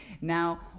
Now